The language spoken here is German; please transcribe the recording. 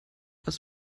als